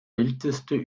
älteste